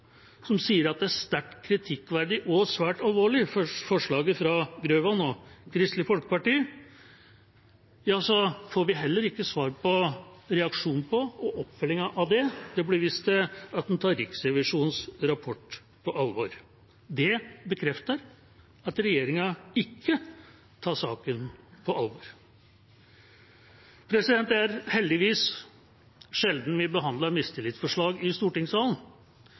som sier at det er sterkt kritikkverdig og svært alvorlig – forslaget fra Grøvan og Kristelig Folkeparti – får vi heller ikke svar på, reaksjon på eller oppfølging av det. Det blir vist til at en tar Riksrevisjonens rapport på alvor. Det bekrefter at regjeringa ikke tar saken på alvor. Det er heldigvis sjelden vi behandler mistillitsforslag i stortingssalen,